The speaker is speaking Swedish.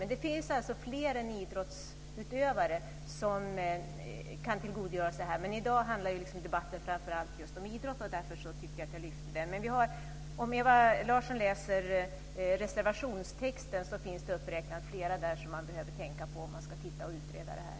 Men det finns alltså fler än idrottsutövare som kan tillgodogöra sig det här. I dag handlar det fram allt om idrott, och därför tycker jag att jag vill lyfta fram det. Om Ewa Larsson läser reservationstexten finns det flera saker där som man behöver tänka på om man ska utreda det här.